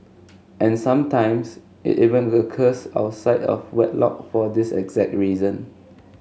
and sometimes it even occurs outside of wedlock for this exact reason